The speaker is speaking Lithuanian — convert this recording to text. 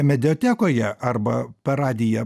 mediotekoje arba per radiją